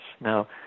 Now